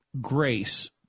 grace